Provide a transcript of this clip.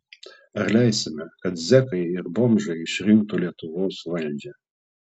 ar leisime kad zekai ir bomžai išrinktų lietuvos valdžią